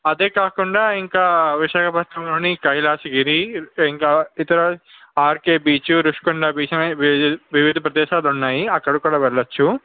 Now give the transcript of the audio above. అదే కాకుండా ఇంకా విశాఖపట్నంలోని కైలాసగిరి ఇంకా ఇతర ఆర్కే బీచ్ రుషికొండ బీచ్ అని వివిధ ప్రదేశాలు ఉన్నాయి అక్కడికి కూడా వెళ్ళవచ్చు